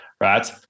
Right